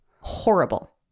horrible